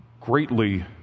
greatly